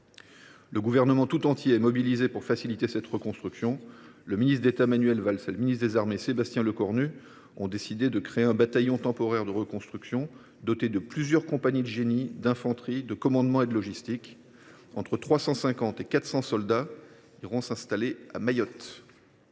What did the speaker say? Le Gouvernement tout entier est mobilisé pour faciliter cette reconstruction. Le ministre d’État Manuel Valls et le ministre des armées, Sébastien Lecornu, ont décidé de créer un bataillon temporaire de reconstruction, doté de plusieurs compagnies de génie, d’infanterie, de commandement et de logistique. Ce sont entre 350 et 400 soldats qui iront ainsi s’installer à Mayotte.